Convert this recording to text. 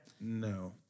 No